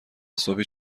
صبحی